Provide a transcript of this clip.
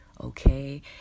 Okay